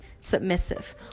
submissive